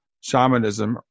shamanism